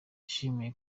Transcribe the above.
yashimiye